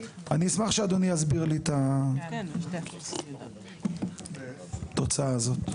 אשמח שאדוני יסביר לי את התוצאה הזאת.